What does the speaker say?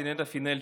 זינאידה פינלט,